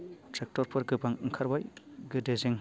थ्रेक्ट'रफोर गोबां ओंखारबाय गोदो जों